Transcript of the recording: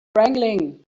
wrangling